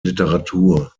literatur